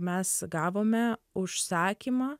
mes gavome užsakymą